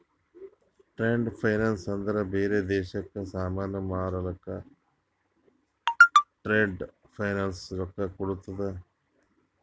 trade finance ಅಂದ್ರ ಬ್ಯಾರೆ ದೇಶಕ್ಕ ಸಾಮಾನ್ ಮಾರ್ಲಕ್ ಟ್ರೇಡ್ ಫೈನಾನ್ಸ್ ರೊಕ್ಕಾ ಕೋಡ್ತುದ್